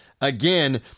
Again